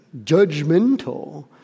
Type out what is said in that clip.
judgmental